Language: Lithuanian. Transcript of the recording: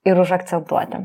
ir užakcentuoti